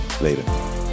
Later